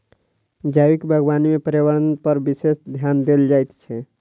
जैविक बागवानी मे पर्यावरणपर विशेष ध्यान देल जाइत छै